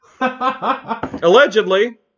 Allegedly